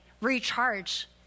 recharge